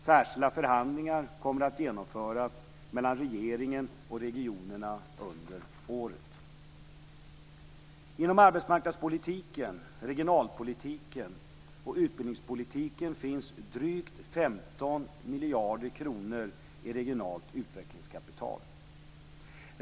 Särskilda förhandlingar kommer att genomföras mellan regeringen och regionerna under året. Inom arbetsmarknadspolitiken, regionalpolitiken och utbildningspolitiken finns drygt 15 miljarder kronor i regionalt utvecklingskapital.